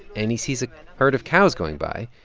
and he sees a herd of cows going by.